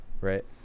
right